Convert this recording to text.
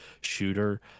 shooter